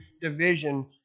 division